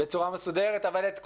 בצורה מסודרת אבל את כולם.